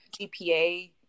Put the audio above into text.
GPA